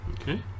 Okay